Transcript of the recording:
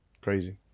Crazy